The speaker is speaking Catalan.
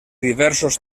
diversos